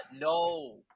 no